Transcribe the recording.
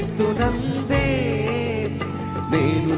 a be